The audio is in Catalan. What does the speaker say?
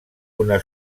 una